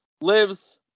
lives